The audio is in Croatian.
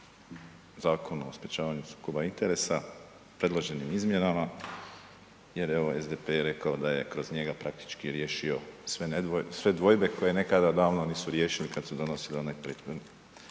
Zakonu o sprječavanju sukoba interesa predloženim izmjenama jer evo SDP je rekao da je kroz njega praktički riješio sve dvojbe koje nekada davno nisu riješili kad su donosili onaj prethodni,